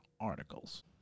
articles